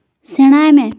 ᱥᱮᱬᱟᱭ ᱢᱮ